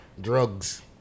drugs